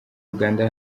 uganda